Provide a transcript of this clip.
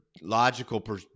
logical